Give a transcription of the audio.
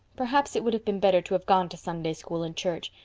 perhaps it would have been better to have gone to sunday school and church.